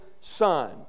Son